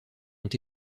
ont